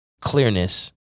clearness